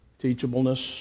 teachableness